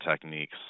techniques